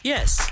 Yes